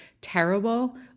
terrible